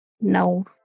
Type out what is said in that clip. No